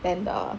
and uh